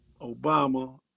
Obama